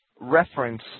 reference